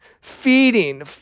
feeding